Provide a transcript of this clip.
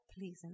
Please